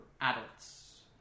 adults